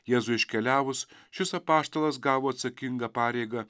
jėzui iškeliavus šis apaštalas gavo atsakingą pareigą